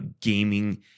gaming